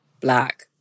black